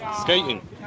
Skating